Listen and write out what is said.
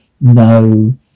No